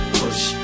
push